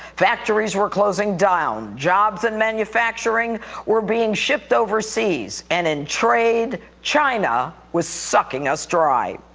factories were closing down. jobs and manufacturing were being shipped overseas. and in trade, china was sucking us dry.